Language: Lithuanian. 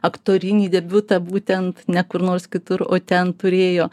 aktorinį debiutą būtent ne kur nors kitur o ten turėjo